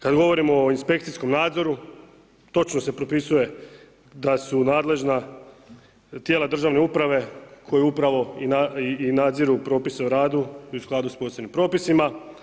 Kada govorimo o inspekcijskom nadzoru točno se propisuje da su nadležna tijela državne uprave koja upravo i nadziru propise o radu i u skladu sa posebnim propisima.